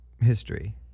history